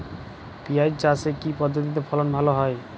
পিঁয়াজ চাষে কি পদ্ধতিতে ফলন ভালো হয়?